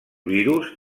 virus